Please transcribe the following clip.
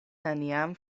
neniam